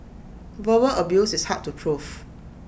verbal abuse is hard to proof